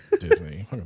Disney